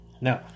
No